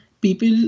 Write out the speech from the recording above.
people